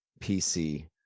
PC